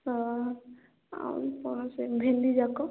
ଆଉ ଆଉ କଣ ସେ ଭେଣ୍ଡି ଯାକ